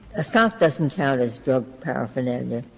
a sock doesn't count as drug paraphernalia